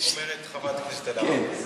אומרת חברת הכנסת אלהרר.